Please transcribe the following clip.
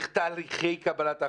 תהליכי קבלת ההחלטות.